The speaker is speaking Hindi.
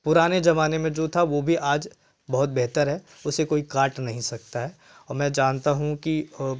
पुराने ज़माने में जो था वह भी आज बहुत बेहतर है उसे कोई काट नहीं सकता है और मैं जानता हूँ की